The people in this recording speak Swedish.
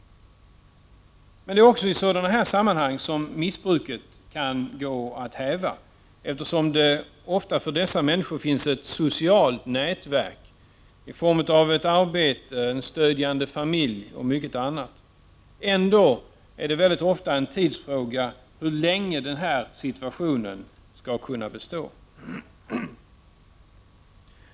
Men det är också i sådana sammanhang som missbruket kan gå att häva, eftersom det för dessa människor ofta finns ett socialt nätverk i form av ett arbete, en stödjande familj och mycket annat. Det är ändå mycket ofta en tidsfråga hur länge den situationen kan bestå.